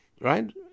right